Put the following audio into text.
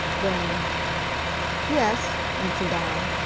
then yes, answered i.